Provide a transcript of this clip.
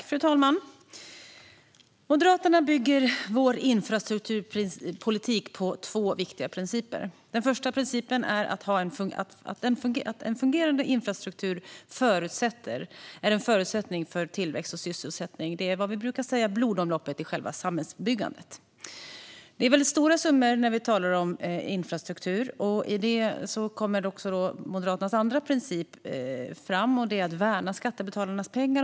Fru talman! Moderaterna bygger sin infrastrukturpolitik på två viktiga principer. Den första principen är att en fungerande infrastruktur är en förutsättning för tillväxt och sysselsättning. Det är vad vi brukar säga blodomloppet i själva samhällsbyggandet. Det är väldigt stora summor vi talar om när det gäller infrastruktur. Där kommer Moderaternas andra princip, att värna skattebetalarnas pengar.